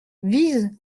vise